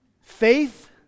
Faith